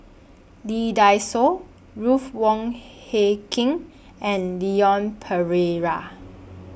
Lee Dai Soh Ruth Wong Hie King and Leon Perera